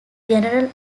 general